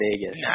Vegas